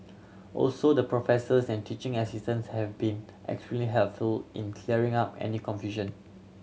also the professors and teaching assistants have been extremely helpful in clearing up any confusion